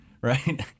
right